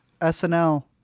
SNL